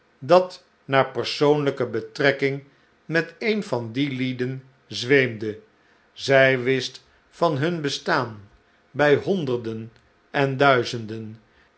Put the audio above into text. dat naar persoonlijke betrekking met een van die lieden zweemde zij wist van nun bestaan bij honderden en duizenden